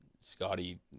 Scotty